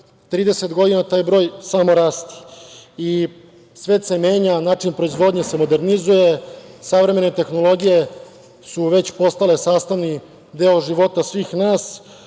30 godina taj broj samo rasti. Svet se menja, način proizvodnje se modernizuje, savremene tehnologije su već postale sastavni deo života svih nas,